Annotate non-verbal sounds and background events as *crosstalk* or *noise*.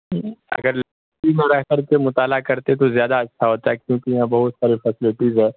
اگر *unintelligible* میں رہ کر کے مطالعہ کرتے تو زیادہ اچھا ہوتا کیونکہ یہاں بہت سارے فیسلٹیز ہے